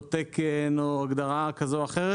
תקן או הגדרה כזאת או אחרת